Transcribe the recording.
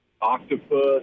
octopus